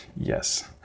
Yes